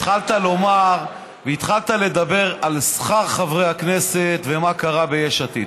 התחלת לומר והתחלת לדבר על שכר חברי הכנסת ועל מה קרה ביש עתיד.